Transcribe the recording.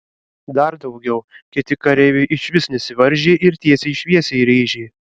dar daugiau kiti kareiviai išvis nesivaržė ir tiesiai šviesiai rėžė